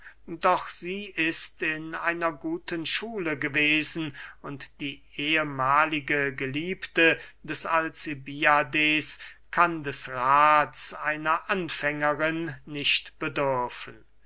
doch sie ist in einer guten schule gewesen und die ehmahlige geliebte des alcibiades kann des raths einer anfängerin nicht bedürfen